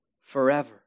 forever